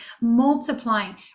multiplying